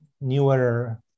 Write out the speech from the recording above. newer